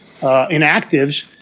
inactives